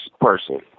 person